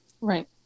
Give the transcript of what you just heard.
Right